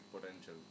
potential